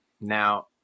Now